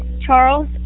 Charles